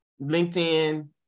LinkedIn